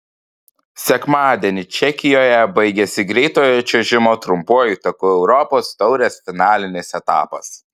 sekmadienį čekijoje baigėsi greitojo čiuožimo trumpuoju taku europos taurės finalinis etapas